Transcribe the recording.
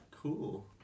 Cool